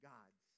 God's